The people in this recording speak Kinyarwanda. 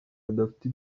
badafite